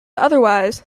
otherwise